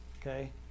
okay